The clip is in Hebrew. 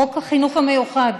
חוק החינוך המיוחד.